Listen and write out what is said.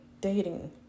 dating